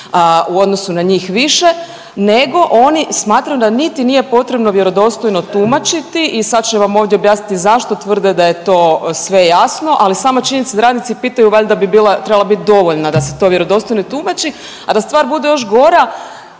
u odnosu na njih više. Nego oni smatraju da niti nije potrebno vjerodostojno tumačiti i sad ću vam ovdje objasniti zašto tvrde da je to sve jasno, ali sama činjenica da radnici pitaju valjda bi bila, trebala biti dovoljna da se to vjerodostojno tumači. A da stvar bude još gora